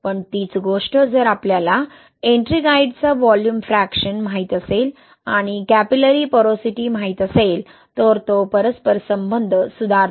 पण तीच गोष्ट जर आपल्याला एट्रिंगाइट चा वॉल्यूम फ्रैक्शन माहित असेल आणि कैपिलरी पोरोसिटी माहित असेल तर तो परस्परसंबंध सुधारतो